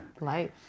life